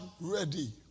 ready